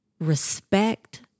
respect